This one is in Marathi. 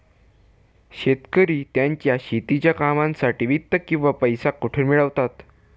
शेतकरी त्यांच्या शेतीच्या कामांसाठी वित्त किंवा पैसा कुठून मिळवतात?